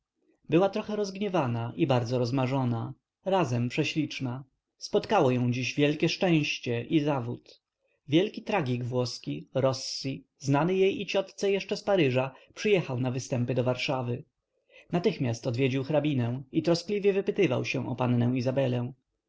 była trochę rozgniewana i bardzo rozmarzona razem prześliczna spotkało ją dziś szczęście i zawód wielki tragik włoski rossi znany jej i ciotce jeszcze z paryża przyjechał na występy do warszawy natychmiast odwiedził hrabinę i troskliwie wypytywał się o pannę izabelę